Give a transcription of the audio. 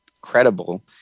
credible